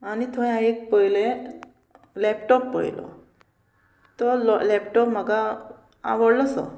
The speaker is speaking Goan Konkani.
आनी थंय हांवें एक पयले लॅपटॉप पळयलो तो लॅपटॉप म्हाका आवडलोसो